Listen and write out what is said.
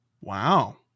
Wow